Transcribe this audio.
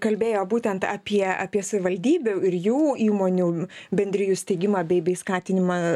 kalbėjo būtent apie apie savivaldybių ir jų įmonių bendrijų steigimą bei bei skatinimą